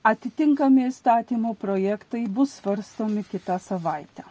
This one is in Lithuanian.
atitinkami įstatymo projektai bus svarstomi kitą savaitę